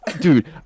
dude